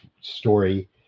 story